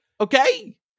okay